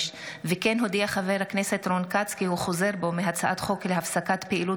כמו כן הודיע חבר הכנסת רון כץ כי הוא חוזר בו מהצעת חוק הפסקת פעילות